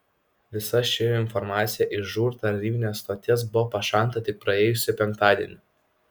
visa ši informacija iš žūr tarnybinės stoties buvo pašalinta tik praėjusį penktadienį